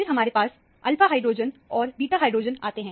फिर हमारे पास अल्फा हाइड्रोजन और बीटा हाइड्रोजन आते हैं